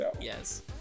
Yes